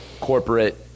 corporate